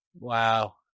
Wow